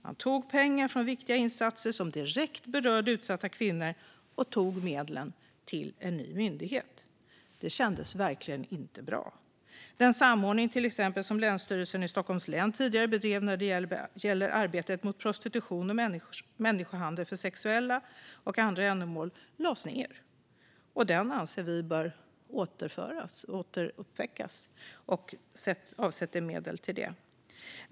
Man tog pengar från viktiga insatser som direkt berörde utsatta kvinnor och gav medlen till en ny myndighet. Det kändes verkligen inte bra. Den samordning som Länsstyrelsen i Stockholms län tidigare bedrev, till exempel, när det gäller arbetet mot prostitution och människohandel för sexuella och andra ändamål lades ned. Den anser vi bör återuppväckas, och vi avsätter medel till detta.